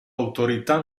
autorità